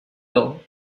will